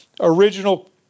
original